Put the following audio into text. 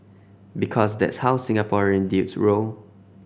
because that's how Singaporean dudes roll